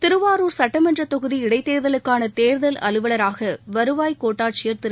திருவாரூர் சட்டமன்றத் தொகுதி இடைத்தேர்தலுக்கான தேர்தல் அலுவலராக வருவாய் கோட்டாட்சியர் திரு